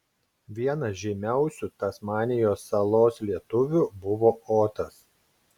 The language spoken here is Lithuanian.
vienas žymiausių tasmanijos salos lietuvių buvo otas